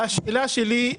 השאלה שלי,